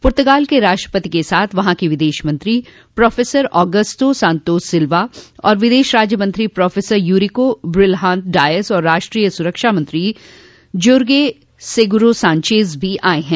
पुर्तगाल के राष्ट्रपति के साथ वहां के विदेश मंत्री प्रोफेसर अगस्तो सान्तोस सिल्वा और विदेश राज्यमंत्री प्रोफेसर युरिको ब्रिलहांत डायस और राष्ट्रीय सुरक्षा मंत्री जोरगे सेगुरो सांचेज भी आये हैं